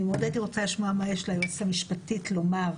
אני מאוד הייתי רוצה לשמוע מה יש ליועצת המשפטית לומר,